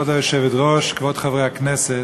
כבוד היושבת-ראש, כבוד חברי הכנסת,